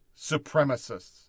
supremacists